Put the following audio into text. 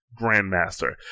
grandmaster